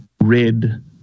red